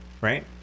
Right